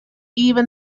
even